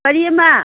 ꯄꯔꯤ ꯑꯃ